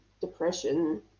depression